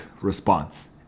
response